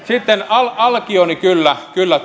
sitten alkioni kyllä kyllä